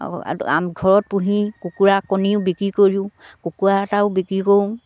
ঘৰ পুহি কুকুৰা কণীও বিক্ৰী কৰিও কুকুৰা এটাও বিক্ৰী কৰোঁ